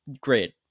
great